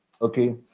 okay